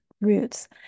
roots